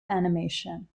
animation